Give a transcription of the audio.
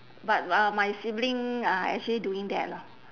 but uh my sibling are actually doing that lah